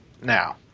now